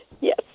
Yes